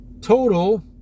total